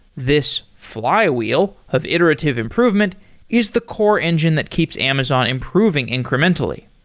this flywheel of iterative improvement is the core engine that keeps amazon improving incrementally.